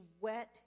wet